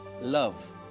love